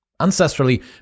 Ancestrally